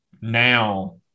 now